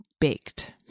baked